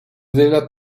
della